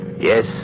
Yes